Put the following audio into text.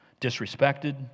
disrespected